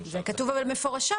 זה כתוב מפורשות.